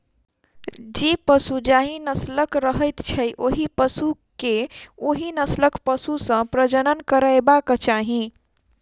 जे पशु जाहि नस्लक रहैत छै, ओहि पशु के ओहि नस्लक पशु सॅ प्रजनन करयबाक चाही